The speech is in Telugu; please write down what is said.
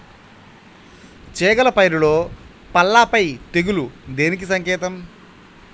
చేగల పైరులో పల్లాపై తెగులు దేనికి సంకేతం?